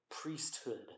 Priesthood